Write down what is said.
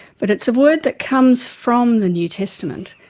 but it's a word that comes from the new testament,